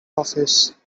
office